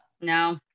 No